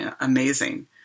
amazing